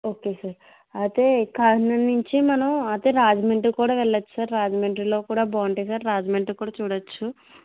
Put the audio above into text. okay sir అయితే కాకినాడ నుంచి మనం అయితే రాజమండ్రి కూడా వెళ్ళవచ్చు సార్ రాజమండ్రిలో కూడా బాగుంటాయి సార్ రాజమండ్రి కూడా చూడవచ్చు